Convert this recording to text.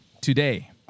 today